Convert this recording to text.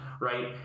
right